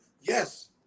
Yes